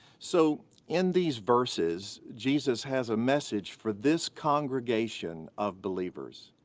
so in these verses, jesus has a message for this congregation of believers.